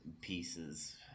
pieces